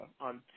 on